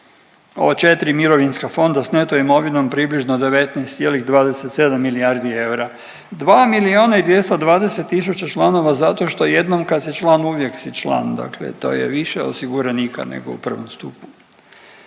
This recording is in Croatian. ova 4 mirovinska fonda s neto imovinom približno 19,27 milijardi eura. 2 milijuna i 220 tisuća članova zato što jednom kad si član uvijek si član, dakle to je više osiguranika nego u 1. stupu.